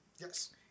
Yes